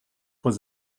was